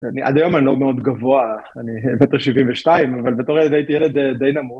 עד היום אני לא מאוד גבוה, אני מטר שבעים ושניים, אבל בתור ילד הייתי ילד די נמוך.